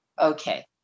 Okay